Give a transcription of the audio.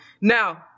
Now